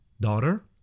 Daughter